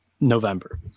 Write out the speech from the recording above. November